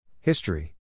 History